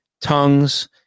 tongues